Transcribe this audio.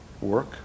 work